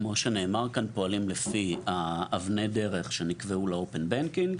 כמו שנאמר כאן פועלים לפני אבני הדרך שנקבעו ל-open banking,